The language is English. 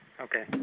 Okay